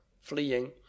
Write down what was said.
fleeing